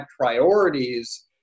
priorities